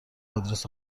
آدرس